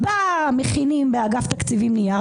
מכינים באגף התקציבים נייר,